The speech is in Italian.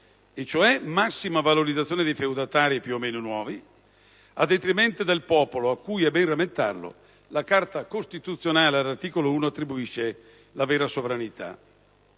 era la massima valorizzazione dei feudatari, più o meno nuovi, a detrimento del popolo al quale, è bene rammentarlo, la Carta costituzionale all'articolo 1 attribuisce la vera sovranità.